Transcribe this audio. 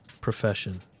profession